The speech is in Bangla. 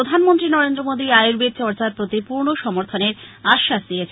প্রধানমন্ত্রী নরেন্দ্র মোদী আয়ুর্বেদ চর্চার প্রতি পূর্ণ সমর্থনের আশ্বাস দিয়েছেন